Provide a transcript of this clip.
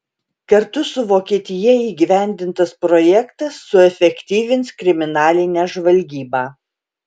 kartu su vokietija įgyvendintas projektas suefektyvins kriminalinę žvalgybą